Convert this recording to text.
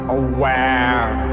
aware